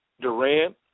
Durant